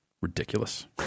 Ridiculous